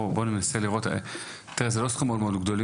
תראה, זה לא סכומים מאוד גדולים